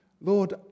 Lord